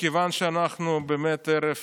מכיוון שאנחנו באמת בערב